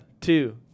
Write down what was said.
two